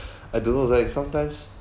I don't know is like sometimes